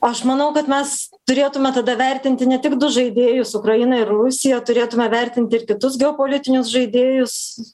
aš manau kad mes turėtume tada vertinti ne tik du žaidėjus ukrainą ir rusiją turėtume vertinti ir kitus geopolitinius žaidėjus